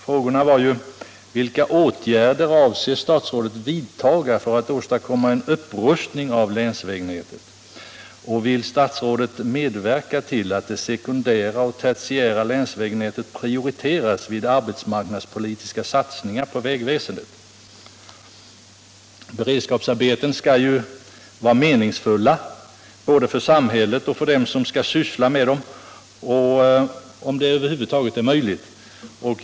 Frågorna var ju: Beredskapsarbeten skall ju vara meningsfulla både för samhället och för dem som skall syssla med dem, om detta över huvud taget är möjligt.